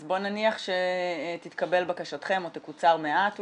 אז בוא נניח שתתקבל בקשתכם או תקוצר מעט אולי,